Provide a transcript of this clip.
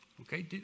okay